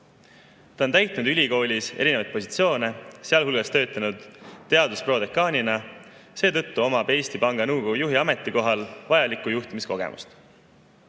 Ta on täitnud ülikoolis erinevaid positsioone, sealhulgas töötanud teadusprodekaanina, seetõttu omab Eesti Panga Nõukogu juhi ametikohal vajalikku juhtimiskogemust.